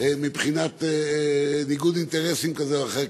מבחינת ניגוד אינטרסים כזה או אחר.